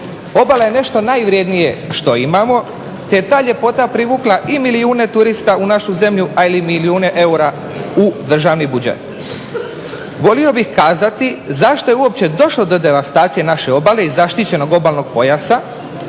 Obala je nešto najvrjednije što imamo te je ta ljepota privukla i milijune turista u našu zemlju, ali i milijune eura u državni budžet. Volio bih kazati zašto je uopće došlo do devastacije naše obale i zaštićenog obalnog pojasa,